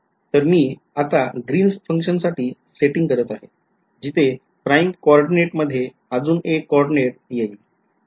तर मी आता ग्रीनस फंक्शनसाठी सेटिंग करत आहे जिथे prime कोऑर्डिनेट मध्ये अजून एक कोऑर्डिनेट येईल ठीक आहे